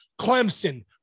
Clemson